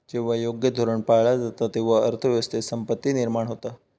जेव्हा योग्य धोरण पाळला जाता, तेव्हा अर्थ व्यवस्थेत संपत्ती निर्माण होता